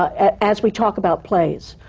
as we talk about plays.